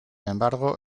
embargo